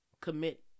commit